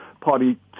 party